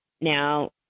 Now